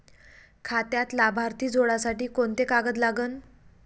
खात्यात लाभार्थी जोडासाठी कोंते कागद लागन?